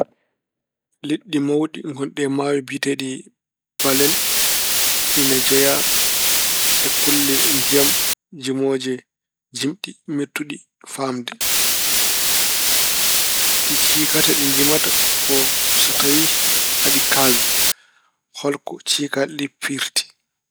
Liɗɗi mawɗi ngonɗi e maayo biyeteeɗi balen ina jeyaa e kulle ndiyam jimooje jimɗi mettuɗi faamde. Ɗi ciikata, ɗi jimata ko so tawi aɗi kaalda, holko ko ciikaali ɗi pirti.